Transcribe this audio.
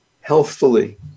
healthfully